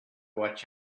what